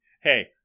Hey